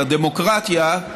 על הדמוקרטיה,